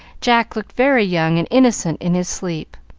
jack looked very young and innocent in his sleep.